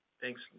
Thanks